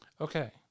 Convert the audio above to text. Okay